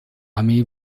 armee